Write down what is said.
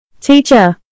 Teacher